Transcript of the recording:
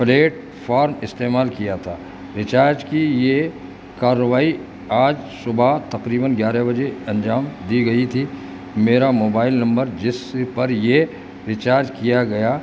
platform استعمال کیا تھا ریچارج کی یہ کاروائی آج صبح تقریباً گیارہ بجے انجام دی گئی تھی میرا موبائل نمبر جس پر یہ ریچارج کیا گیا